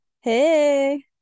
hey